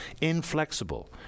inflexible